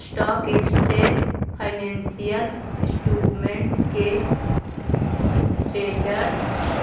stock exchange financial instrument के traders